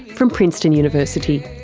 from princeton university.